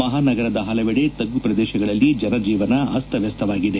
ಮಹಾನಗರದ ಹಲವೆಡೆ ತಗ್ಗು ಪ್ರದೇತಗಳಲ್ಲಿ ಜನಜೀವನ ಅಸ್ತವ್ಯಸ್ತವಾಗಿದೆ